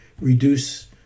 reduce